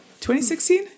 2016